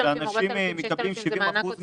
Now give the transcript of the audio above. אנשים אומרים שהם מקבלים 70 אחוזים